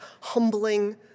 humbling